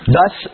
Thus